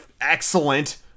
excellent